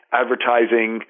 advertising